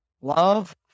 love